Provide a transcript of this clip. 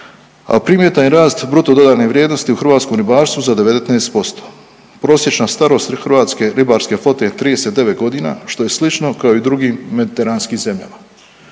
a primjetan je rast bruto dodane vrijednosti u hrvatskom ribarstvu za 19%. Prosječna starost hrvatske ribarske flote je 39 godina što je slično kao i u drugim mediteranskim zemljama.